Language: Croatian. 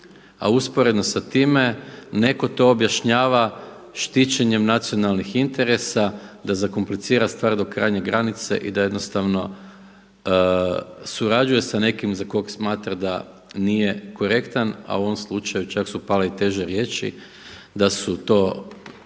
a usporedno sa time netko to objašnjava štićenjem nacionalnih interesa da zakomplicira stvar do krajnje granice i da jednostavno surađuje sa nekim za koga smatra da nije korektan a u ovom slučaju čak su pale i teže riječi da su to